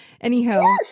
anyhow